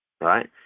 right